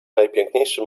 najpiękniejszy